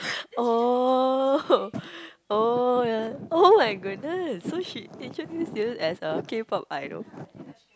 oh oh ya oh my goodness so she introduced you as a K pop idol